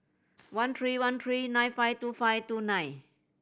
one three one three nine five two five two nine